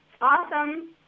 Awesome